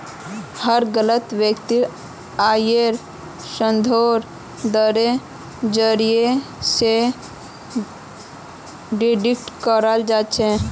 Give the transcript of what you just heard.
हर गलत वित्तीय आइर संदर्भ दरेर जरीये स डिटेक्ट कराल जा छेक